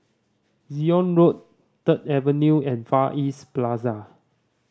Zion Road Third Avenue and Far East Plaza